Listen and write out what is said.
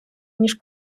ніж